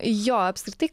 jo apskritai